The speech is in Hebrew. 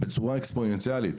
בצורה אקספוננציאלית.